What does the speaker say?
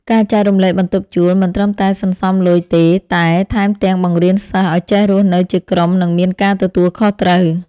ការចែករំលែកបន្ទប់ជួលមិនត្រឹមតែសន្សំលុយទេតែថែមទាំងបង្រៀនសិស្សឱ្យចេះរស់នៅជាក្រុមនិងមានការទទួលខុសត្រូវ។